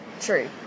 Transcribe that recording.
true